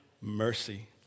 mercy